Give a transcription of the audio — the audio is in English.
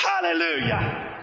Hallelujah